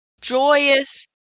joyous